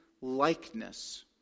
likeness